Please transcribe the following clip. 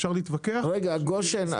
אפשר להתווכח --- מר גשן,